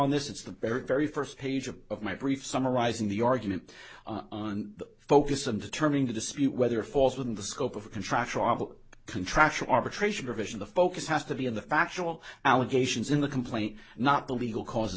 in this it's the very very first page of of my brief summarizing the argument on the focus of determining the dispute whether falls within the scope of a contract or of a contractual arbitration provision the focus has to be on the factual allegations in the complaint not the legal cause